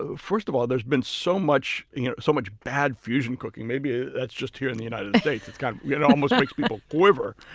ah first of all, there's been so much you know so much bad fusion cooking. maybe that's just here in the united states. kind of yeah it almost makes people quiver,